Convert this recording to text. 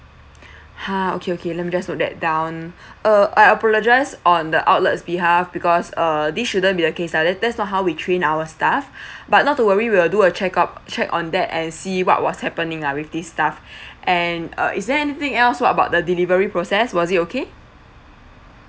ha okay okay let me just note that down uh I apologise on the outlets behalf because err this shouldn't be the case lah that that's not how we train our staff but not to worry we will do a check out check on that and see what was happening lah with this staff and uh is there anything else what about the delivery process was it okay